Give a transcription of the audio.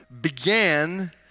began